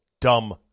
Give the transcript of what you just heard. dumb